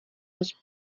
was